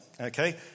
Okay